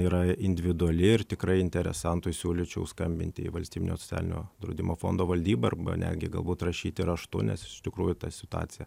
yra individuali ir tikrai interesantui siūlyčiau skambinti į valstybinio socialinio draudimo fondo valdybą arba netgi galbūt rašyti raštu nes iš tikrųjų ta situacija